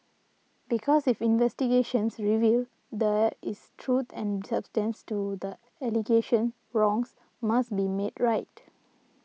because if investigations reveal there is truth and substance to the allegations wrongs must be made right